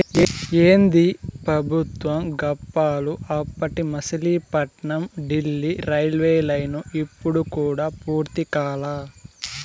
ఏందీ పెబుత్వం గప్పాలు, అప్పటి మసిలీపట్నం డీల్లీ రైల్వేలైను ఇప్పుడు కూడా పూర్తి కాలా